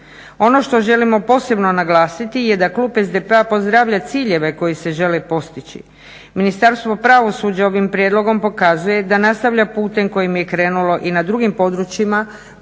Ono što želimo posebno naglasiti je da klub SDP-a pozdravlja ciljeve koji se žele postići. Ministarstvo pravosuđa ovim prijedlogom pokazuje da nastavlja putem kojim je krenulo i na drugim područjima